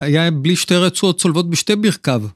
היה, הן בלי שתי רצועות צולבות בשתי ברכיו.